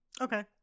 Okay